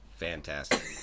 fantastic